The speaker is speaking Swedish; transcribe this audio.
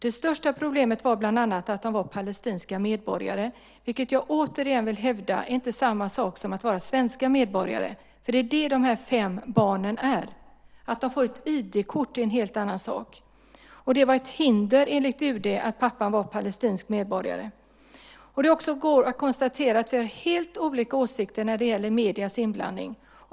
Det största problemet var bland annat att barnen var palestinska medborgare, vilket jag återigen vill hävda inte är samma sak som att de är svenska medborgare. Det är det de här fem barnen är. Att de har ett annat ID-kort är en helt annan sak. Det var ett hinder enligt UD att pappan var palestinsk medborgare. Det går att konstatera att vi har helt olika åsikter om mediernas inblandning.